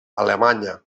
alemanya